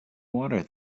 water